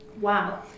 Wow